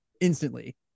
instantly